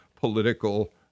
political